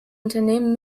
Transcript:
unternehmen